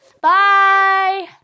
Bye